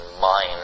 mind